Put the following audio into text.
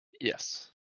yes